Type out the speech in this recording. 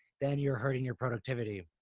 then you're hurting your productivity,